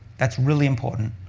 that's really important.